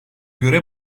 göre